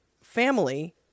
family